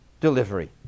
delivery